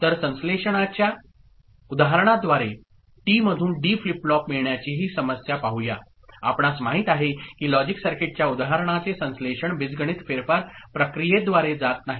तर संश्लेषणाच्या उदाहरणाद्वारे टीमधून डी फ्लिप फ्लॉप मिळण्याची ही समस्या पाहूया आपणास माहित आहे की लॉजिक सर्किटच्या उदाहरणाचे संश्लेषण बीजगणित फेरफार प्रक्रियेद्वारे जात नाही